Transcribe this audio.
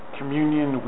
communion